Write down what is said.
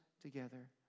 together